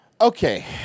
Okay